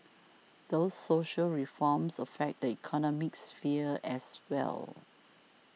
these social reforms affect the economic sphere as well